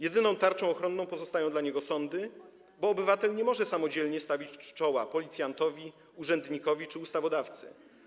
Jedyną tarczą ochronną pozostają dla niego sądy, bo obywatel nie może samodzielnie stawić czoła policjantowi, urzędnikowi czy ustawodawcy.